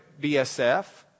BSF